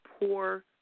poor